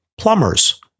Plumbers